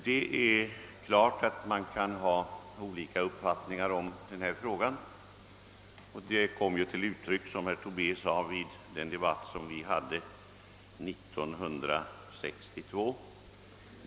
Det är klart att man kan ha olika uppfattningar i denna fråga, vilket också kom till uttryck vid debatten 1962.